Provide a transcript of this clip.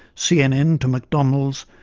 cnn to mcdonalds,